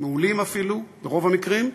מעולים אפילו ברוב המקרים,